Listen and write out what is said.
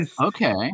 okay